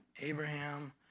Abraham